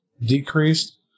decreased